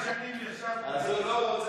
שבע שנים ישבתי, הוא לא רוצה